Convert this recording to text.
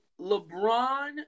LeBron